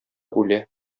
үлә